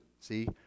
see